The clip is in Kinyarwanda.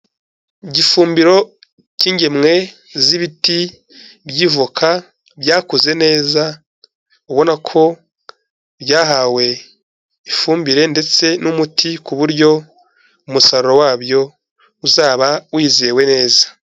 Igifumbiro cy'ingemwe z'ibiti by'ivoka byakuze neza, ubona ko byahawe ifumbire ndetse n'umuti ku buryo umusaruro wabyo uzaba wizewe neza.